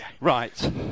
Right